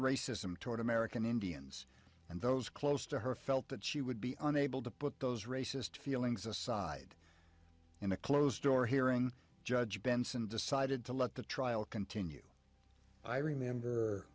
racism toward american indians and those close to her felt that she would be unable to put those racist feelings aside in a closed door hearing judge benson decided to let the trial continue i remember